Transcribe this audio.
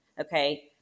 Okay